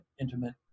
intimate